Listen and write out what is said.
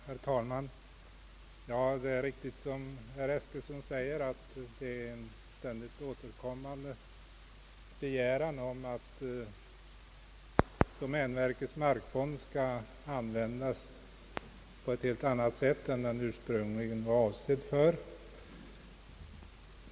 Herr talman! Det är riktigt som herr Eskilsson säger att det är en ständigt återkommande begäran att domänverkets markfond skall användas på ett helt annat sätt än den ursprungligen var avsedd för.